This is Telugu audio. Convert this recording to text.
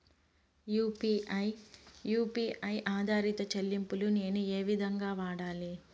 యు.పి.ఐ యు పి ఐ ఆధారిత చెల్లింపులు నేను ఏ విధంగా వాడాలి?